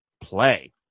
play